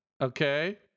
Okay